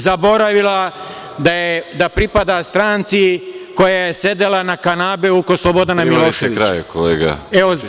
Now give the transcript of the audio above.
Zaboravila da pripada stranci koja je sedela na kanabeu kod Slobodana Miloševića.